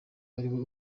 ariwe